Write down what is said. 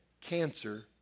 cancer